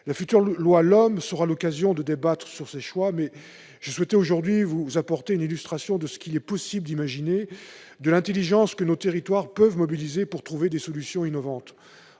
mobilités, ou LOM, sera l'occasion de débattre sur ces choix, mais je souhaitais aujourd'hui vous apporter une illustration de ce qu'il est possible d'imaginer, de l'intelligence que nos territoires peuvent mobiliser pour trouver des solutions innovantes.